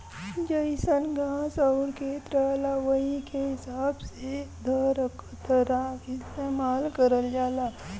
जइसन घास आउर खेत रहला वही के हिसाब से घसकतरा इस्तेमाल करल जाला